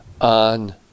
On